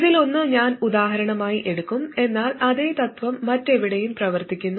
ഇതിലൊന്ന് ഞാൻ ഉദാഹരണമായി എടുക്കും എന്നാൽ അതേ തത്ത്വം മറ്റെവിടെയും പ്രവർത്തിക്കുന്നു